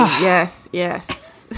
yes. yes.